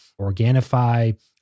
Organifi